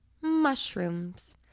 mushrooms